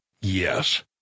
Yes